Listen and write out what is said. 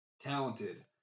talented